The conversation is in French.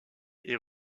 est